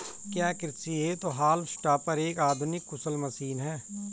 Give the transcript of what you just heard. क्या कृषि हेतु हॉल्म टॉपर एक आधुनिक कुशल मशीन है?